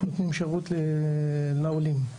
לעולים.